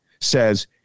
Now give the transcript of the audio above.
says